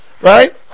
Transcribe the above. right